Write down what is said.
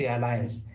Alliance